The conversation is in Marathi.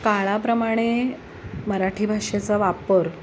काळाप्रमाणे मराठी भाषेचा वापर